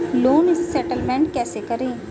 Loan settlement कैसे करें?